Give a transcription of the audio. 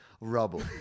Rubble